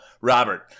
Robert